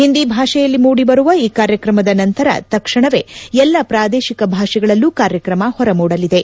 ಹಿಂದಿ ಭಾಷೆಯಲ್ಲಿ ಮೂಡಿಬರುವ ಈ ಕಾರ್ಯಕ್ರಮದ ನಂತರ ತಕ್ಷಣವೇ ಎಲ್ಲಾ ಪ್ರಾದೇಶಿಕ ಭಾಷೆಗಳಲ್ಲೂ ಕಾರ್ಯಕ್ರಮ ಹೊರಮೂಡಲಿವೆ